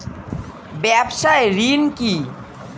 ব্যবসায় ঋণ কি?